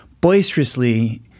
boisterously